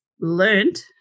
learned